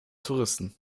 touristen